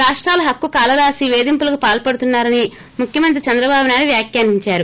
రాష్టాల హక్కు కాలరాసి పేధింపులకు పాల్సడుతున్నారని ముఖ్యమంత్రి చంద్రబాబు నాయుడు వ్యాఖ్యానిందారు